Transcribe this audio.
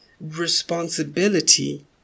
Responsibility